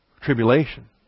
tribulation